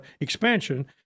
expansion